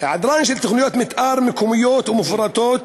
היעדרן של תוכניות מתאר מקומיות ומפורטות,